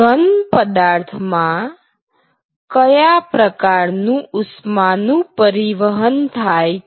ઘન પદાર્થ માં કયા પ્રકારનું ઉષ્માનું પરિવહન થાય છે